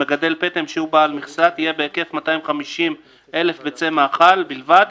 למגדל פטם שהוא בעל מכסה ,תהיה בהיקף של 250,000 ביצי מאכל בלבד,